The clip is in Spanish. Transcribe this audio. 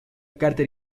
carta